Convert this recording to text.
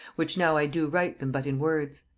which now i do write them but in words.